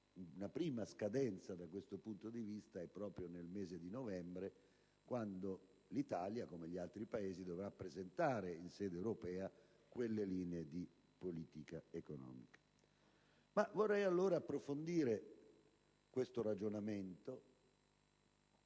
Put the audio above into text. una prima scadenza, da questo punto di vista, è proprio nel mese di novembre, quando l'Italia, come gli altri Paesi, dovrà presentare in sede europea quelle linee di politica economica. Vorrei approfondire il mio ragionamento